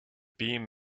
beam